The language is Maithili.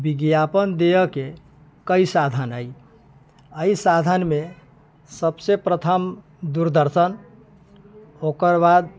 विज्ञापन दीययके कई साधन अइ एहिसाधनमे सभसँ प्रथम दूरदर्शन ओकरबाद